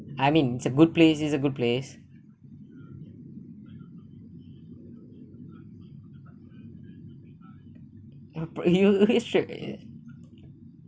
I mean it's a good place it's a good place you really strange eh